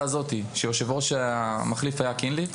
הזאתי שהיושב ראש המחליף היה קינלי.